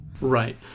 Right